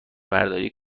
برداری